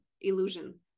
illusion